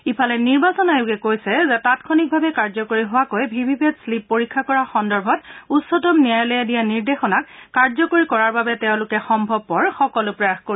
ইফালে নিৰ্বাচন আয়োগে কৈছে যে তাংক্ষণিকভাৱে কাৰ্যকৰী হোৱাকৈ ভিভিপেট প্লিপ পৰীক্ষা কৰা সন্দৰ্ভত উচ্চতম ন্যায়ালয়ে দিয়া নিৰ্দেশনাক কাৰ্যকৰী কৰাৰ বাবে তেওঁলোকে সম্ভৱপৰ সকলো প্ৰয়াস কৰিব